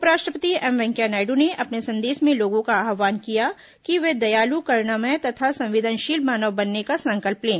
उपराष्ट्रपति एम वेंकैया नायडू ने अपने संदेश में लोगों का आह्वान किया कि वे दयालू करुणामय तथा संवदेनशील मानव बनने का संकल्प लें